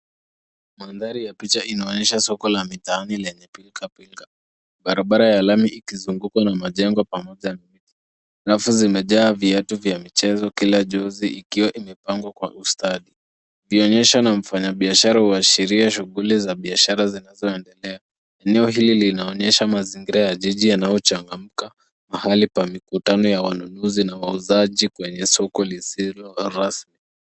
Mandhari ya picha inaonyesha soko la mitaani lenye pilikapilika barabara ya lami ikizungukwa na majengo pamoja na miti. Rafu zimejaa viatu vya michezo kila jozi ikiwa imepangwa kwa ustadi ikionyeshwa na mfanyibiashara huashiria shughuli za biashara zinazoendelea. Eneo hili linaonyesha mazingira ya jiji yanayochangamka mahali pa mikutano ya wanunuzi na wauzaji kwenye soko lisilo la rasmi.